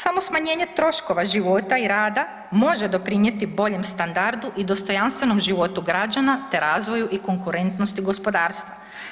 Samo smanjenje troškova života i rada može doprinijeti boljem standardu i dostojanstvenom životu građana te razvoju i konkurentnosti gospodarstva.